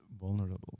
vulnerable